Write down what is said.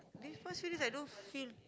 first few days I don't feel